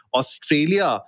Australia